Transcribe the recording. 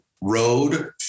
road